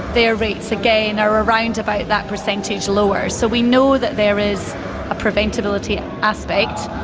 their rates, again, are around about that percentage lower. so we know that there is a preventability aspect.